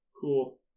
Cool